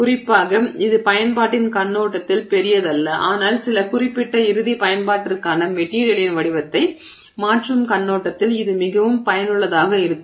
குறிப்பாக இது பயன்பாட்டின் கண்ணோட்டத்தில் பெரியதல்ல ஆனால் சில குறிப்பிட்ட இறுதி பயன்பாட்டிற்கான மெட்டிரியலின் வடிவத்தை மாற்றும் கண்ணோட்டத்தில் இது மிகவும் பயனுள்ளதாக இருக்கும்